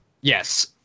yes